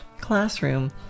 classroom